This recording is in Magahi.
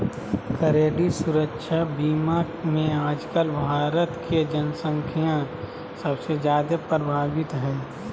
क्रेडिट सुरक्षा बीमा मे आजकल भारत के जन्संख्या सबसे जादे प्रभावित हय